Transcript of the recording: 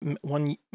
one